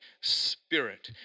spirit